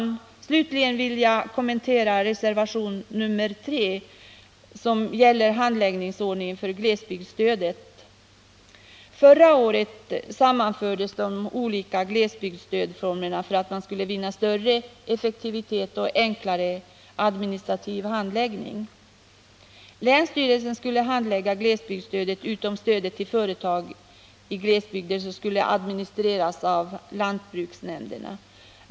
Får jag slutligen kommentera den socialdemokratiska reservationen 3 som gäller handläggningsordning för glesbygdsstödet. Förra året sammanfördes de olika glesbygdsstödformerna för att man skulle vinna större effektivitet och enklare administrativ handläggning. Länsstyrelserna skulle handlägga glesbygdsstödet utom stödet till företag i glesbygd, som skulle administeras av lantbruksnämnderna.